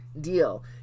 deal